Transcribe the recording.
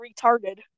retarded